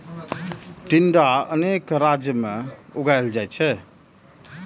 टिंडा अनेक राज्य मे उगाएल जाइ छै